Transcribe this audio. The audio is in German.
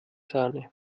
sahne